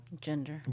Gender